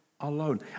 alone